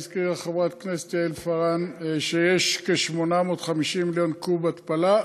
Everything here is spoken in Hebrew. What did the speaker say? הזכירה חברת הכנסת יעל פארן שיש כ-850 מיליון קוב התפלה,